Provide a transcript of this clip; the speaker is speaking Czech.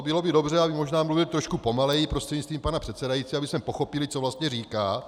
Bylo by dobře, aby možná mluvil trochu pomaleji, prostřednictvím pana předsedajícího, abychom pochopili, co vlastně říká.